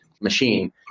machine